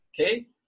Okay